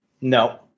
no